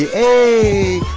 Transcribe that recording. ah a